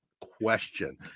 question